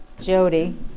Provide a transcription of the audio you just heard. Jody